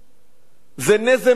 זה נזם באף חזיר.